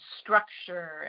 structure